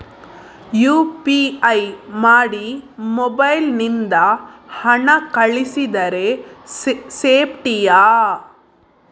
UPI ಮಾಡಿ mobile ನಿಂದ ಹಣ ಕಳಿಸಿದರೆ ಸೇಪ್ಟಿಯಾ?